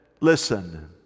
listen